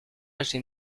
acheter